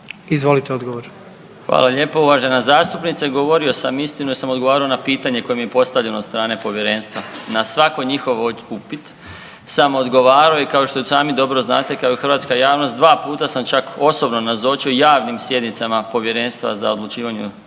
**Marić, Zdravko** Hvala lijepo uvažena zastupnice, govorio sam istinu jer sam odgovarao na pitanje koje mi je postavljeno od strane povjerenstva. Na svako njihov upit sam odgovarao i kao što i sami dobro znate kao i hrvatska javnost, dva puta sam osobno nazočio javnim sjednicama Povjerenstva za odlučivanje